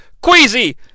Queasy